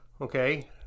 Okay